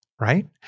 Right